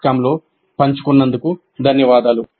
com లో పంచుకున్నందుకు ధన్యవాదాలు